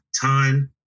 time